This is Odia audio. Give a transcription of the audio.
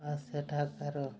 ଆଉ ସେଠାକାର